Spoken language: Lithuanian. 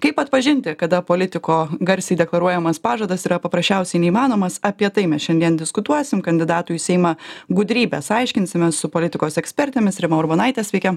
kaip atpažinti kada politiko garsiai deklaruojamas pažadas yra paprasčiausiai neįmanomas apie tai mes šiandien diskutuosim kandidatų į seimą gudrybes aiškinsimės su politikos ekspertėmis rima urbonaitė sveiki